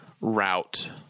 route